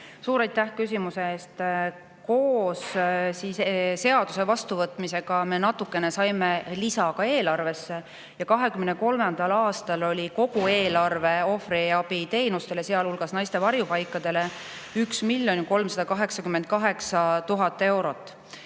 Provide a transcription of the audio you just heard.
Suur aitäh küsimuse eest! Koos seaduse vastuvõtmisega me natukene saime lisa ka eelarvesse. 2023. aastal oli kogu eelarve ohvriabiteenustele, sealhulgas naiste varjupaikadele, 1 388 000 eurot,